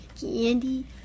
candy